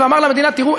ואמר למדינה: תראו,